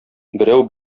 берәү